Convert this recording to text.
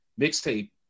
mixtape